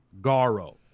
Garo